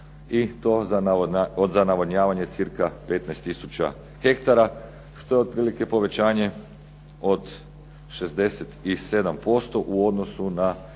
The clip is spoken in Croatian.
i to za navodnjavanje cca 15 tisuća hektara što je otprilike povećanje od 67% u odnosu na